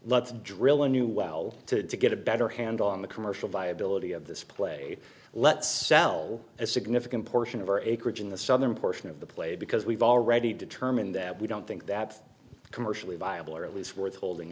let's drill a new well to get a better handle on the commercial viability of this play let's sell a significant portion of our acreage in the southern portion of the play because we've already determined that we don't think that commercially viable or at least worth holding